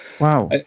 Wow